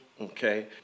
okay